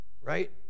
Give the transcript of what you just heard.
Right